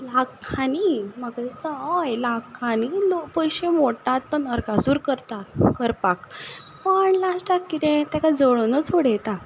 लाखांनी म्हाका दिसता हय लाखांनी पयशे मोडटात तो नरकासूर करतात करपाक पण लास्टाक किदें ताका जळोवनूच उडयता